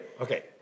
okay